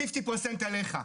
50 אחוז עליך,